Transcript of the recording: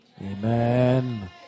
Amen